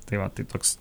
tai va tai toks